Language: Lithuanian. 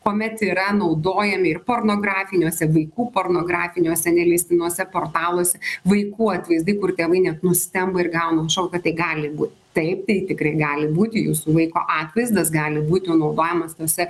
kuomet yra naudojami ir pornografiniuose vaikų pornografiniuose neleistinuose portaluose vaikų atvaizdai kur tėvai net nustemba ir gauna šoką tai gali būt taip tai tikrai gali būti jūsų vaiko atvaizdas gali būti naudojamas tuose